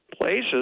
places